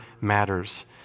matters